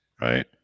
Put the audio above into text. Right